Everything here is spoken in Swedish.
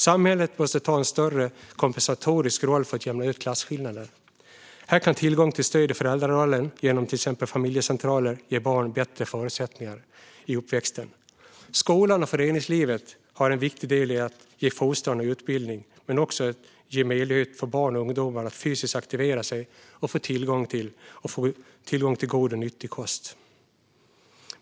Samhället måste ta en större kompensatorisk roll för att jämna ut klasskillnader. Här kan tillgång till stöd i föräldrarollen, genom till exempel familjecentraler, ge barn bättre förutsättningar i uppväxten. Skolan och föreningslivet har en viktig del i att fostra och ge utbildning men också i att ge barn och ungdomar möjlighet att fysiskt aktivera sig och få tillgång till god och nyttig kost.